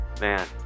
man